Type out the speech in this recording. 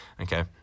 okay